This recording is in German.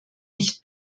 nicht